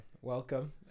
welcome